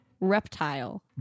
reptile